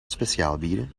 speciaalbieren